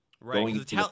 Right